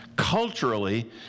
Culturally